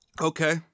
Okay